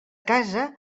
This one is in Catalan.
casa